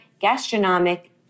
gastronomic